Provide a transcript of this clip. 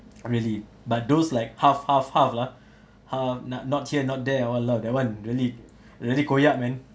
really but those like half half half ah ha~ na~ not here not there all ah that one really really koyak man